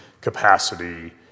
capacity